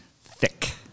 Thick